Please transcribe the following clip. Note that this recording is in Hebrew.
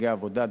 נפגעי עבודה,